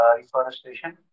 reforestation